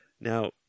Now